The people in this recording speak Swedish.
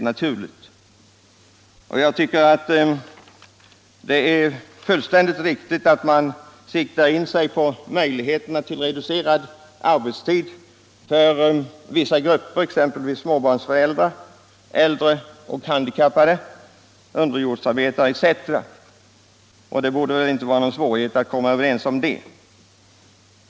Jag tycker att det är fullkomligt riktigt att sikta in sig på möjligheterna till reducerad arbetstid för vissa grupper, t.ex. småbarnsföräldrar, äldre och handikappade, underjordsarbetare etc. Det borde inte vara någon svårighet att komma överens i den frågan.